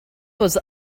was